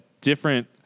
different